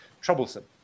troublesome